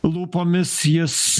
lūpomis jis